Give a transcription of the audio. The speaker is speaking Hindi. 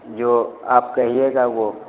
जो आप कहिएगा वह